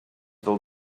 del